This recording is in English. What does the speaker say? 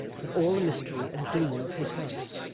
with all the mystery and gloom of his house.